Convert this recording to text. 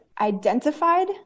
identified